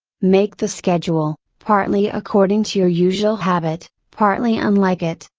make the schedule, partly according to your usual habit, partly unlike it.